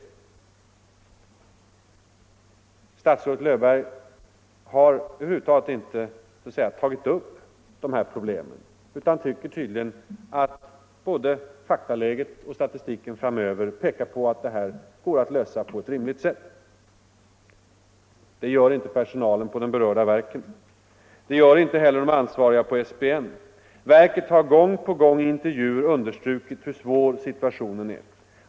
ej önskar medfölja Statsrådet Löfberg har över huvud taget inte tagit upp dessa problem vid verksutflyttning, utan tycker tydligen att både faktaläget och statistiken pekar på att det m.m. går att framöver lösa dem på rimligt sätt. Det gör inte personalen på de berörda verken. Det gör inte heller de ansvariga på SPN. Verket har gång på gång i intervjuer understrukit hur svår situationen är.